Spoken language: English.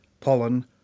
pollen